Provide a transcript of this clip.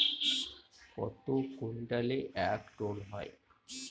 কত কুইন্টালে এক টন হয়?